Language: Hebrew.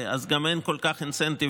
אז גם אין כל כך אינסנטיב,